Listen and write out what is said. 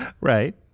right